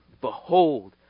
Behold